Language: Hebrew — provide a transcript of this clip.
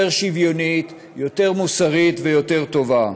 יותר שוויונית, יותר מוסרית ויותר טובה.